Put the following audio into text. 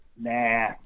Nah